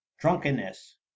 drunkenness